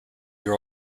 year